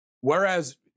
whereas